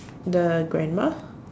the grandma